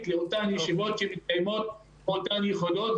לאותן ישיבות שמתקיימות באותן יחידות.